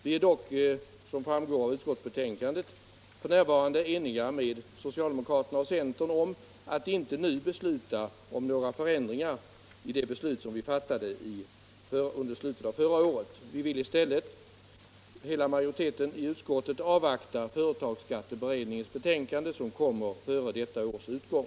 F. n. är vi emellertid, som framgår av utskottsbetänkandet, eniga med socialdemokraterna och centern om att nu inte företa några ändringar i det beslut som vi fattade under förra året. Utskottsmajoriteten vill avvakta företagsskatteberedningens betänkande, som kommer före detta års utgång.